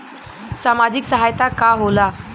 सामाजिक सहायता का होला?